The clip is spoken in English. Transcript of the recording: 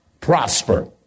prosper